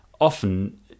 often